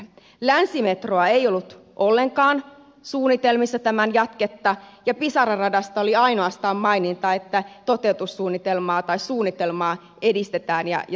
länsimetron jatketta ei ollut ollenkaan suunnitelmissa ja pisara radasta oli ainoastaan maininta että toteutussuunnitelmaa tai suunnitelmaa edistetään ja sitä selvitetään